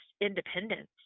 independence